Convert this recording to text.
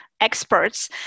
experts